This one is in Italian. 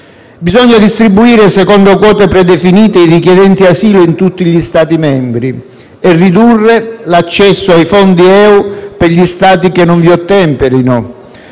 Bisogna distribuire secondo quote predefinite i richiedenti asilo in tutti gli Stati membri e ridurre l'accesso ai fondi UE per gli Stati che non vi ottemperino.